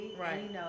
right